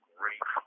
great